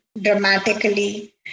dramatically